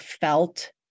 felt